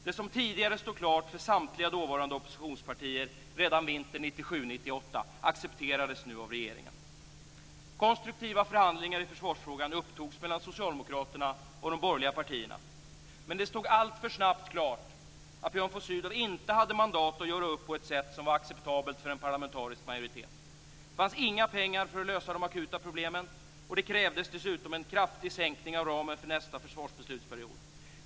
Det som tidigare, redan vintern 1997/98, stod klart för samtliga dåvarande oppositionspartier accepterades nu av regeringen. Konstruktiva förhandlingar i försvarsfrågan upptogs mellan Socialdemokraterna och de borgerliga partierna. Men det stod alltför snabbt klart att Björn von Sydow inte hade mandat att göra upp på ett sätt som var acceptabelt för en parlamentarisk majoritet. Det fanns inga pengar för att lösa de akuta problemen, och det krävdes dessutom en kraftig sänkning av ramen för nästa försvarsbeslutsperiod.